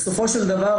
בסופו של דבר,